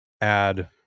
add